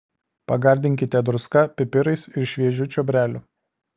pagardinkite druska pipirais ir šviežiu čiobreliu